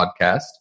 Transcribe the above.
podcast